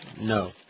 No